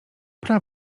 tak